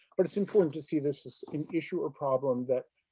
but it's important to see this as an issue or problem that,